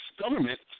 government